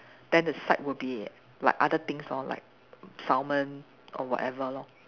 then the side will be like other things lor like salmon or whatever lor